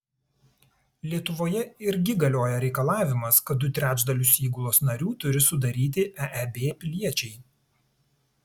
lietuvoje irgi galioja reikalavimas kad du trečdalius įgulos narių turi sudaryti eeb piliečiai